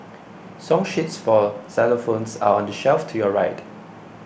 song sheets for xylophones are on the shelf to your right